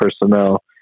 personnel